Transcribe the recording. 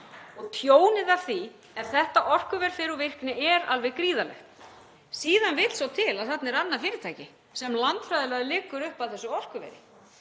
og tjónið af því ef þetta orkuver fer úr virkni er alveg gríðarlegt. Síðan vill svo til að þarna er annað fyrirtæki sem landfræðilega liggur upp að þessu orkuveri